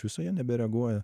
viso jie nebereaguoja